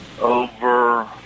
over